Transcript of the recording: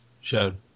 Showed